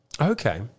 Okay